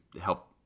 help